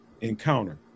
encounter